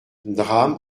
drame